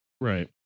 Right